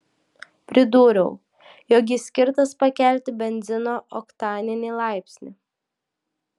pridūriau jog jis skirtas pakelti benzino oktaninį laipsnį